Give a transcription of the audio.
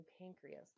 pancreas